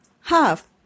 half